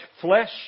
flesh